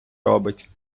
робить